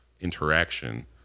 interaction